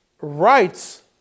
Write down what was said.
rights